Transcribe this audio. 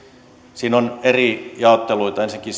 siinä on eri jaotteluita ensinnäkin